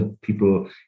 people